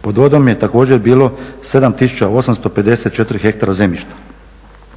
Pod vodom je također bilo 7854 ha zemljišta.